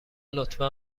لطفا